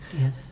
Yes